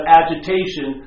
agitation